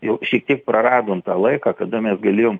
jau šiek tiek praradom tą laiką kada mes galėjom